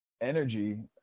energy